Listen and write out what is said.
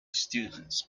students